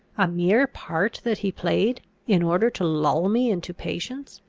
a mere part that he played in order to lull me into patience?